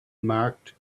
marked